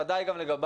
בוודאי גם שלי,